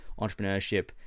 entrepreneurship